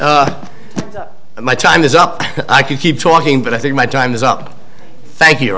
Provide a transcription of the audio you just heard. my time is up i can keep talking but i think my time is up thank you